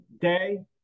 day